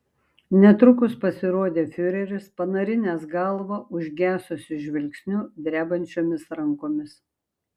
netrukus pasirodė fiureris panarinęs galvą užgesusiu žvilgsniu drebančiomis rankomis